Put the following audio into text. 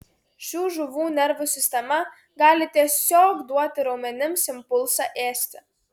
šių žuvų nervų sistema gali tiesiog duoti raumenims impulsą ėsti